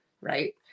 Right